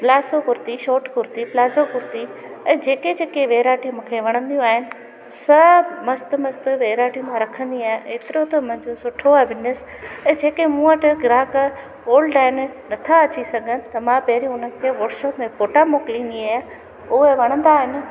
ब्लासो kurti short kurti palazzo kurti ऐं जेके जेके वैराइटियूं मूंखे वणंदियूं आहिनि सभु मस्तु मस्तु वैराइटियूं मां रखंदी आहियां एतिरो त मज़ो सुठो आहे बिज़निस ऐं जेके मूं वटि ग्राहक ओल्द आहिनि नथा अची सघनि त मां पहिरियूं उन्हनि खे वॉट्सअप में फ़ोटा मोकिलींदी आहियां उहा वणंदा आहिनि